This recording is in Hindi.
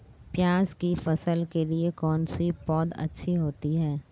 प्याज़ की फसल के लिए कौनसी पौद अच्छी होती है?